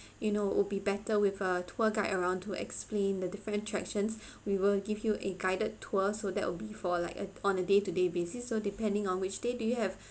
you know will be better with a tour guide around to explain the different attractions we will give you a guided tour so that will be for like a on a day to day basis so depending on which day do you have